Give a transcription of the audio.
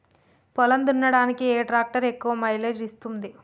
పొలం దున్నడానికి ఏ ట్రాక్టర్ ఎక్కువ మైలేజ్ ఇస్తుంది?